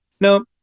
no